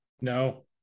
No